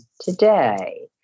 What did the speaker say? today